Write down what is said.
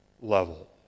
level